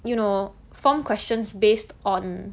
you know form questions based on